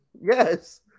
Yes